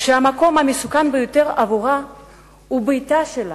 שהמקום המסוכן ביותר עבורה הוא ביתה שלה,